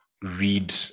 read